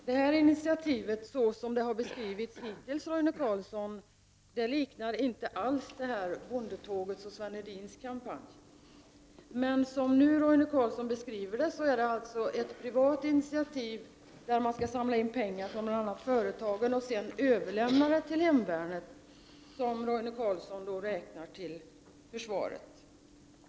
Det nu aktuella initiativet — såsom det har beskrivits hittills — liknar, Roine Carlsson, inte alls bondetåget och Sven Hedins kampanj. Såsom Roine Carlsson beskriver det är det alltså fråga om ett privat initiativ med syfte att samla in pengar från bl.a. företagen och sedan överlämna dessa till hemvärnet, vilket Roine Carlsson räknar till försvaret.